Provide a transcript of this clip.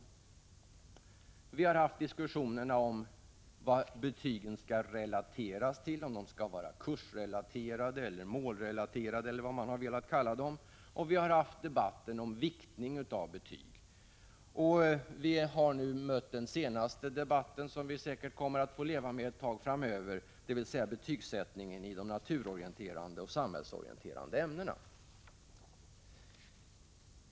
Det har förts diskussioner om vad betygen skall relateras till, om de skall vara kursrelaterade eller målrelaterade, och det har förts en diskussion om viktning av betyg. Den senaste debatten — som vi säkert får leva med ett tag framöver — gäller betygsättningen i de naturorienterande och samhällsorienterande ämnena.